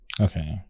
Okay